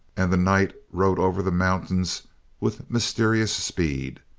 and the night rode over the mountains with mysterious speed.